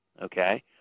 Okay